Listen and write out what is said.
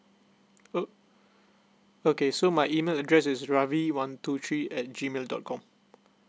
o~ okay so my email address is ravi one two three at G mail dot com